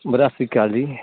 ਵੀਰੇ ਸਤਿ ਸ਼੍ਰੀ ਅਕਾਲ ਜੀ